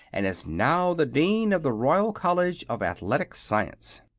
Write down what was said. and is now the dean of the royal college of athletic science.